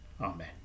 Amen